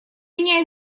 меня